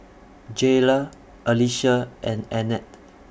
Jayla Alysia and Annette